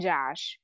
Josh